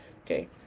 okay